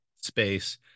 space